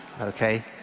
okay